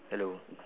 hello